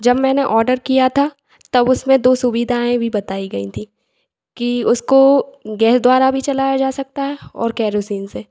जब मैंने ऑर्डर किया था तब उसमें दो सुविधाएँ भी बताई गई थीं कि उसको गैस के द्वारा भी चलाया जा सकता है और केरोसिन से